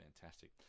Fantastic